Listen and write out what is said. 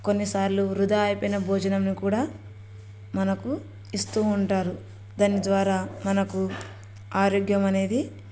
కొన్నిసార్లు వృధా అయిపోయిన భోజనం అని కూడా మనకు ఇస్తు ఉంటారు దాని ద్వారా మనకు ఆరోగ్యం అనేది